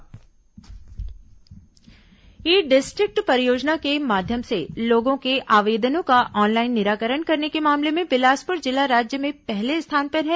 ई district परियोजना e district परियोजना के माध्यम से लोगों के आवेदनों का ऑनलाइन निराकरण करने के मामले में बिलासपुर जिला राज्य में पहले स्थान पर है